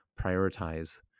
prioritize